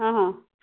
ହଁ ହଁ